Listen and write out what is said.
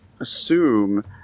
assume